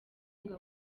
ngo